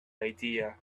idea